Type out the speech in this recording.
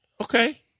Okay